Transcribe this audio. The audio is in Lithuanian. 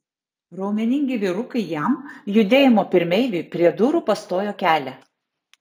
raumeningi vyrukai jam judėjimo pirmeiviui prie durų pastojo kelią